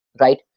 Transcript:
right